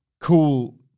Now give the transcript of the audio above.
cool